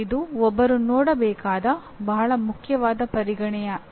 ಇದು ಒಬ್ಬರು ನೋಡಬೇಕಾದ ಬಹಳ ಮುಖ್ಯವಾದ ಪರಿಗಣನೆಯಾಗಿದೆ